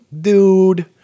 Dude